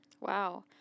Wow